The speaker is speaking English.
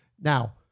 Now